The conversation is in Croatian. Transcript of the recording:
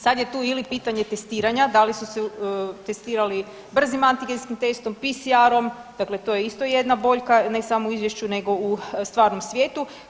Sad je tu ili pitanje testiranja, da li su se testirali brzim antigenskim testom, PCR-om, dakle to je isto jedna boljka, ne samo u Izvješću nego u stvarnom svijetu.